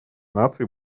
наций